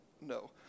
No